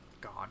God